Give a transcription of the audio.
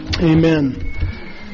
Amen